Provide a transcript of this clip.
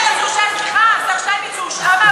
בסדר, סליחה, השר שטייניץ, הוא הושעה מעבודתו.